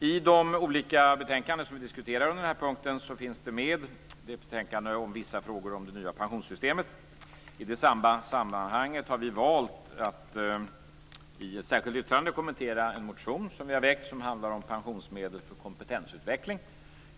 Bland de betänkanden som vi diskuterar under denna punkt finns betänkandet om vissa frågor om det nya pensionssystemet. I det sammanhanget har vi valt att i ett särskilt yttrande kommentera en motion som vi har väckt som handlar om pensionsmedel för kompetensutveckling.